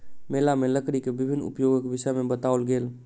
मेला में लकड़ी के विभिन्न उपयोगक विषय में बताओल गेल